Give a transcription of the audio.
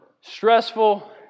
Stressful